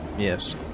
Yes